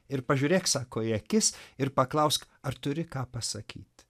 ir pažiūrėk sako į akis ir paklausk ar turi ką pasakyt